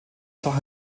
zach